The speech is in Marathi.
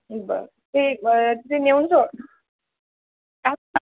बरं ते ते नेऊन सोड